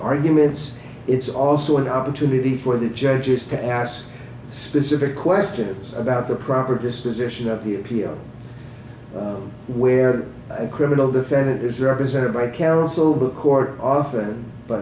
arguments it's also an opportunity for the judges to ask specific questions about the proper disposition of the appeal where a criminal defendant is represented by counsel the court often but